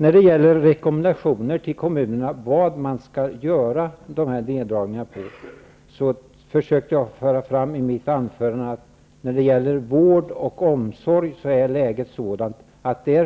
När det gäller rekommendationer till kommunerna om var man skall göra dessa neddragningar, försökte jag i mitt anförande att föra fram, att när det gäller vård och omsorg